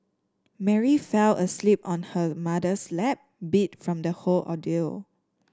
Mary fell asleep on her mother's lap beat from the whole ordeal